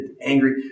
angry